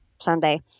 Sunday